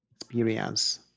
Experience